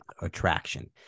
attraction